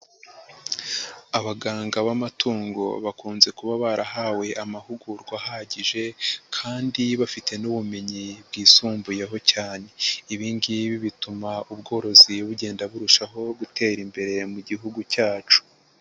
Abaganga b'amatungo bakunze kuba barahawe amahugurwa ahagije kandi bafite n'ubumenyi bwisumbuyeho cyane. Ibi ngibi bituma ubworozi bugenda burushaho gutera imbere mu gihugu cyacu.